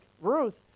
Ruth